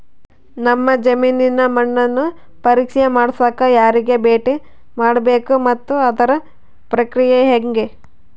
ನಮ್ಮ ಜಮೇನಿನ ಮಣ್ಣನ್ನು ಪರೇಕ್ಷೆ ಮಾಡ್ಸಕ ಯಾರಿಗೆ ಭೇಟಿ ಮಾಡಬೇಕು ಮತ್ತು ಅದರ ಪ್ರಕ್ರಿಯೆ ಹೆಂಗೆ?